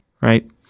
Right